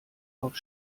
auf